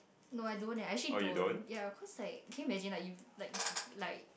no I don't eh I actually don't yeah cause like can you imagine like you like like